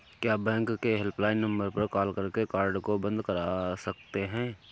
क्या बैंक के helpline number पर कॉल करके कार्ड को बंद करा सकते हैं?